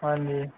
ਹਾਂਜੀ